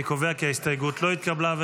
אני קובע כי ההסתייגות לא התקבלה.